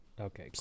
Okay